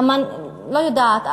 לא יודעת,